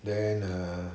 then err